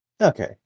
okay